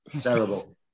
Terrible